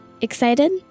Excited